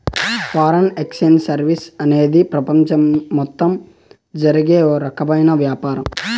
foreign exchange services అనేది ప్రపంచం మొత్తం జరిగే ఓ రకమైన వ్యాపారం